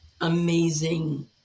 amazing